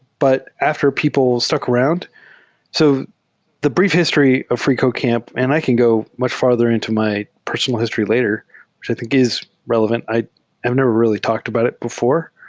but after people stuck around so the brief history of freecodecamp, and i can go much farther into my personal history later, which i think is re levant. i have never really talked about it before.